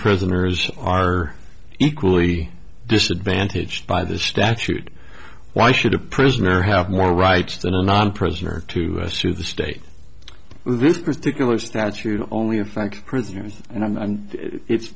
prisoners are equally disadvantaged by the statute why should a prisoner have more rights than a non prisoner to sue the state for this particular statute only affects prisoners and i